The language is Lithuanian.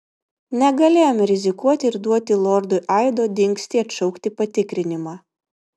negalėjome rizikuoti ir duoti lordui aido dingstį atšaukti patikrinimą